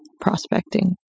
prospecting